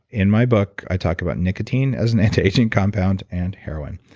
in my book, i talk about nicotine as an anti-aging compound and heroin.